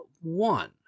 one